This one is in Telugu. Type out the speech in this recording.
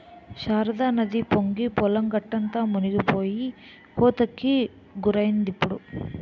శారదానది పొంగి పొలం గట్టంతా మునిపోయి కోతకి గురైందిప్పుడు